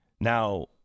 now